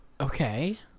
Okay